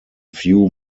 few